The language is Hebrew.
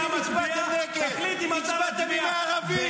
תמיד נעמוד לימינם.